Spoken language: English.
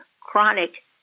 chronic